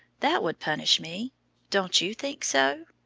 that would punish me don't you think so?